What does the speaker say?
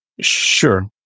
Sure